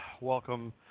welcome